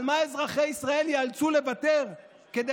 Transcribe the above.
על מה אזרחי ישראל ייאלצו לוותר כדי